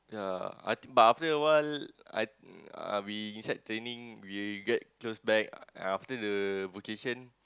ya I but after awhile I uh we inside training we get close back after the vocation